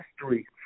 history